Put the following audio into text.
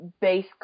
base